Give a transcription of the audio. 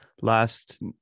last